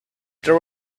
there